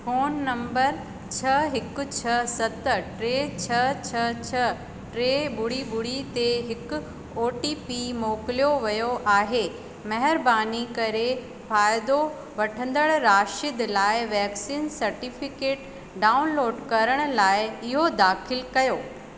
phone number छह हिक छह सत टे छह छह छह टे ॿुड़ी ॿुड़ी ते हिक ओ टी पी मोकलियो वियो आहे महिरबानी करे फ़ाइदो वठंदड़ राशिद लाइ वैक्सीन सर्टिफिकेट डाउनलोड करण लाइ इहो दाख़िल कयो